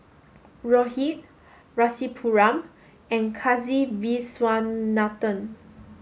Rohit Rasipuram and Kasiviswanathan